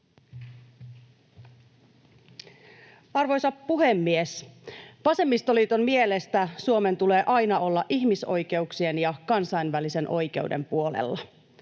Arvoisa puhemies! Vasemmistoliiton mielestä Suomen tulee aina olla ihmisoikeuksien ja kansainvälisen oikeuden puolella.